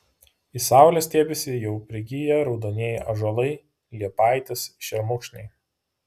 į saulę stiebiasi jau prigiję raudonieji ąžuolai liepaitės šermukšniai